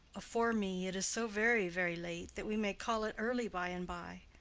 afore me, it is so very very late that we may call it early by-and-by.